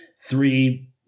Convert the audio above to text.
three